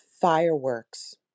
fireworks